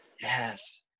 Yes